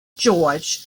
george